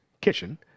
kitchen